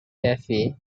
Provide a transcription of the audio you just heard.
taffy